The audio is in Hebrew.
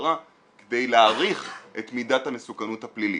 למשטרה כדי להעריך את מידת המסוכנות הפלילית.